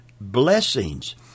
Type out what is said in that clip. blessings